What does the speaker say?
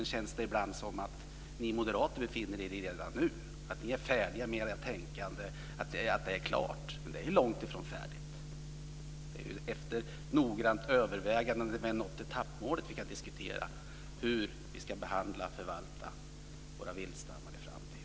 Det känns ibland som om ni moderater redan nu befinner er i den utvärderingssituationen och som om ni är klara med ert tänkande, men detta är långt ifrån färdigt. När vi efter noggrant övervägande har nått ett etappmål kan vi diskutera hur vi ska förvalta våra viltstammar i framtiden.